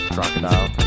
Crocodile